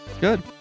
Good